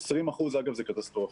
20% אגב זה קטסטרופה,